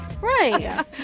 right